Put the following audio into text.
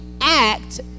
act